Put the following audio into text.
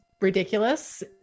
ridiculous